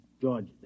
George